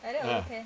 ah